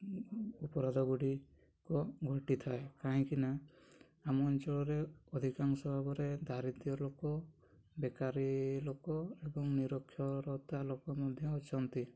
ଅପରାଧ ଗୁଡ଼ିକ ଘଟିଥାଏ କାହିଁକି ନା ଆମ ଅଞ୍ଚଳରେ ଅଧିକାଂଶ ଭାବରେ ଦାରିଦ୍ର୍ୟ ଲୋକ ବେକାରୀ ଲୋକ ଏବଂ ନିରକ୍ଷରତା ଲୋକ ମଧ୍ୟ ଅଛନ୍ତି